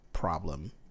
Problem